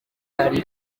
ari